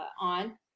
on